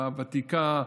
הוותיקה,